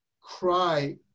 cry